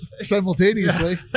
simultaneously